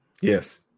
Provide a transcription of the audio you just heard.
Yes